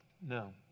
No